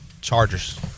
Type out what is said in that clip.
Chargers